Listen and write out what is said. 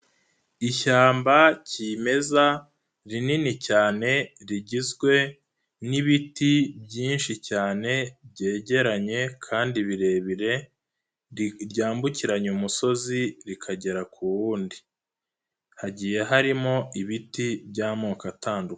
Ishyamba kimeza rinini cyane rigizwe n'ibiti byinshi cyane byegeranye kandi birebire ryambukiranya umusozi rikagera ku wundi, hagiye harimo ibiti by'amoko atandukanye.